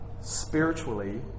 spiritually